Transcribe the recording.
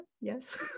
Yes